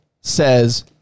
says